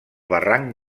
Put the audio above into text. barranc